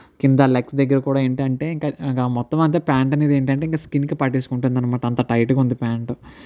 కింద లెగ్స్ దగ్గర కూడా ఏంటి అంటే ఇంక ఇంక మొత్తం అంతా పాంట్ అనేది ఏంటి అంటే ఇంకా స్కిన్కి పట్టివేసుకుంటుంది అనమాట అంత టైట్గా ఉంది పాంట్